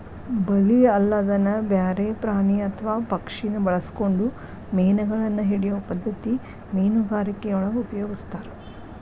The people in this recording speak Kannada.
ಬಲಿ ಅಲ್ಲದನ ಬ್ಯಾರೆ ಪ್ರಾಣಿ ಅತ್ವಾ ಪಕ್ಷಿನ ಬಳಸ್ಕೊಂಡು ಮೇನಗಳನ್ನ ಹಿಡಿಯೋ ಪದ್ಧತಿ ಮೇನುಗಾರಿಕೆಯೊಳಗ ಉಪಯೊಗಸ್ತಾರ